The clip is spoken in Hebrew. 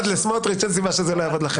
עבד לסמוטריץ', אין סיבה שזה לא יעבוד לכם.